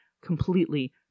completely